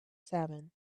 salmon